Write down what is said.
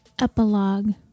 Epilogue